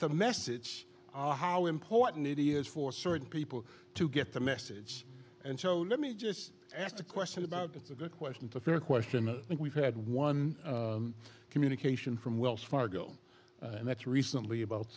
the message how important it is for certain people to get the message and show let me just ask the question about it's a good question to fair question and we've had one communication from wells fargo and that's recently about